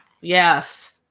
Yes